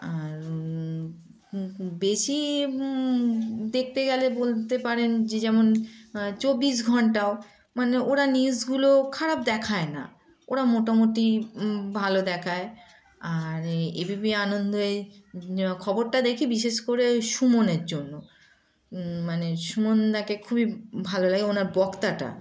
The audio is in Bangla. আর বেশি দেখতে গেলে বলতে পারেন যে যেমন চব্বিশ ঘণ্টাও মানে ওরা নিউজগুলো খারাপ দেখায় না ওরা মোটামুটি ভালো দেখায় আর এ বি পি আনন্দে খবরটা দেখি বিশেষ করে ওই সুমনের জন্য মানে সুমনদাকে খুবই ভালো লাগে ওনার বক্তাটা